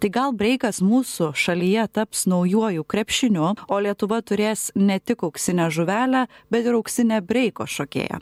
tai gal breikas mūsų šalyje taps naujuoju krepšiniu o lietuva turės ne tik auksinę žuvelę bet ir auksinę breiko šokėją